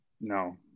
no